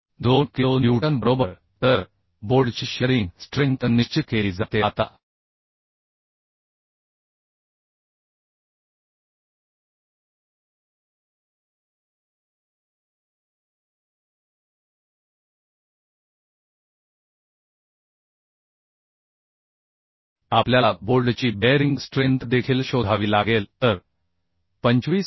2 kilonewton बरोबर तर बोल्डची शिअरिंग स्ट्रेंथ निश्चित केली जाते आता आपल्याला बोल्डची बेअरिंग स्ट्रेंथ देखील शोधावी लागेल तर 25 मि